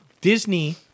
Disney